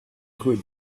could